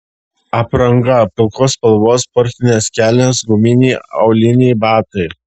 apranga pilkos spalvos sportinės kelnės guminiai auliniai batai